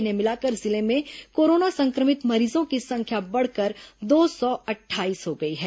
इन्हें मिलाकर जिले में कोरोना संक्रमित मरीजों की संख्या बढ़कर दो सौ अट्ठाईस हो गई है